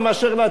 בואי נתיר.